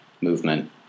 movement